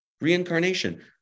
Reincarnation